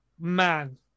man